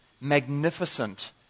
magnificent